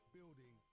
Building